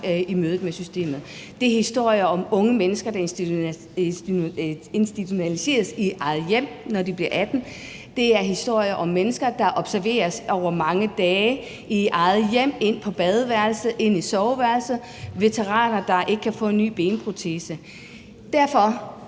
mennesker med handicap. Det er historier om unge mennesker, der institutionaliseres i eget hjem, når de bliver 18 år. Det er historier om mennesker, der observeres over mange dage i eget hjem, inde på badeværelset, inde i soveværelset. Der er veteraner, der ikke kan få en ny benprotese. Derfor